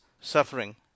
suffering